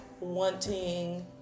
wanting